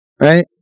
right